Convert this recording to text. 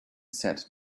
said